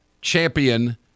champion